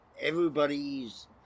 everybody's